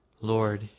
Lord